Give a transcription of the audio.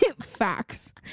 Facts